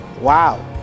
Wow